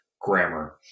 grammar